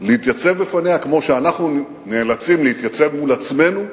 להתייצב לפניה כמו שאנחנו נאלצים להתייצב מול עצמנו,